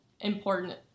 important